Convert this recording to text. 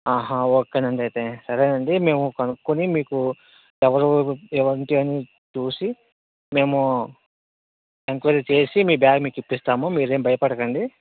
అహ ఓకేనండీ అయితే సరేనండీ మేము కనుక్కుని మీకు ఎవరు అని చూసి మేము ఎంక్వయిరీ చేసి మీ బ్యాగ్ మీకు ఇప్పిస్తాము మీరేం భయపడకండి